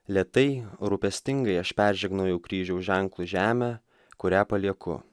lėtai rūpestingai aš peržegnojau kryžiaus ženklu žemę kurią palieku